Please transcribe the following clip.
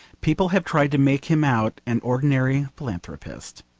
people have tried to make him out an ordinary philanthropist,